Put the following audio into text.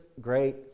great